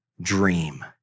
dream